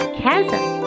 chasm